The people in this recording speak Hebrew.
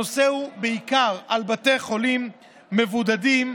הנושא הוא בעיקר בתי חולים, מבודדים,